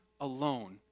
alone